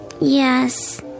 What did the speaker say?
Yes